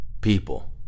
People